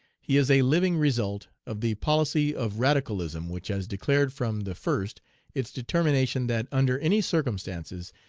he is a living result of the policy of radicalism which has declared from the first its determination that, under any circumstances,